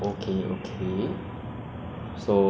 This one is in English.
uh so I will normally watch movies and anime right